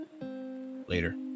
later